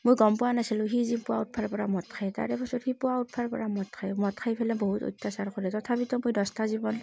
মই গম পোৱা নাছিলোঁ সি যে পুৱা উঠিবৰ পৰা মদ খায় তাৰেপিছত সি পুৱা উঠিবৰ পৰা মদ খায় মদ খাই পেলাই বহুত অত্য়াচাৰ কৰে তথাপিতো মই দহটা জীৱন